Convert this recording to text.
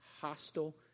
hostile